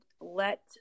let